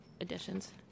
additions